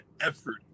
effort